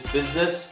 Business